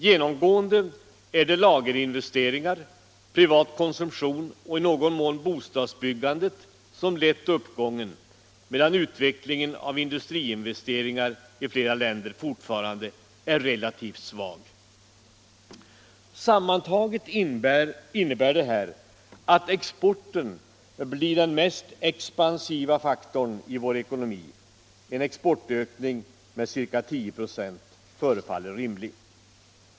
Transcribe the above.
Genomgående är det lagerinvesteringar, privat konsumtion och i någon mån bostadsbyggandet som lett uppgången, medan utvecklingen av industriinvesteringarna i flera länder fortfarande är relativt svag. Sammantaget innebär detta att exporten blir den mest expansiva faktorn i vår ekonomi. En exportökning med ca 10 96 förefaller rimlig.